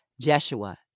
Jeshua